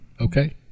Okay